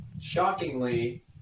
shockingly